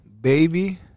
baby